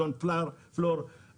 אדון פלור וממך,